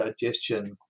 digestion